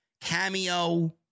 Cameo